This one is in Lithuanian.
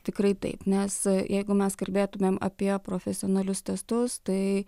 tikrai taip nes jeigu mes kalbėtumėm apie profesionalius testus tai